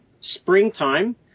springtime